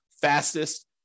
fastest